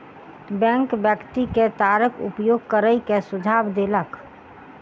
bank व्यक्ति के तारक उपयोग करै के सुझाव देलक